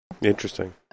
Interesting